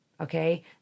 Okay